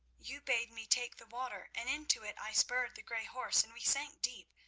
you bade me take the water, and into it i spurred the grey horse, and we sank deep,